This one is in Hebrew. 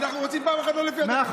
אנחנו רוצים פעם אחת לא לפי